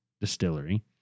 Distillery